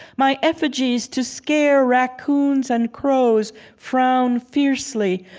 my effigies to scare raccoons and crows frown fiercely,